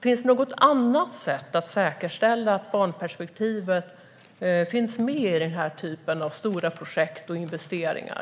Finns det något annat sätt att säkerställa att barnperspektivet finns med i den här typen av stora projekt och investeringar?